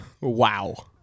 Wow